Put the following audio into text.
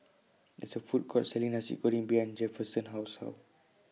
There IS A Food Court Selling Nasi Goreng behind Jefferson's House Hall